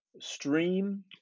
stream